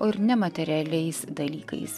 o ir nematerialiais dalykais